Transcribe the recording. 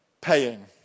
paying